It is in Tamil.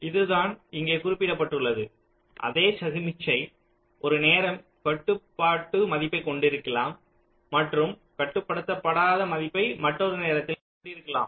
இதுதான் இங்கே குறிப்பிடப்பட்டுள்ளது அதே சமிக்ஞை ஒரு நேரம் கட்டுப்பாட்டு மதிப்பைக் கொண்டிருக்கலாம் மற்றும் கட்டுப்படுத்தாத மதிப்பு மற்றொரு நேரத்தில் கொண்டிருக்கலாம்